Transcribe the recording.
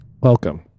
Welcome